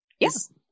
Yes